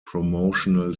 promotional